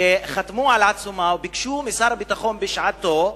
שחתמו על עצומה וביקשו משר הביטחון, בשעתו,